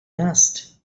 dust